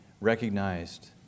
recognized